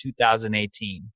2018